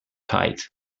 tight